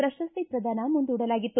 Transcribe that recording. ಪ್ರಶಸ್ತಿ ಪ್ರದಾನ ಮುಂದೂಡಲಾಗಿತ್ತು